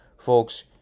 folks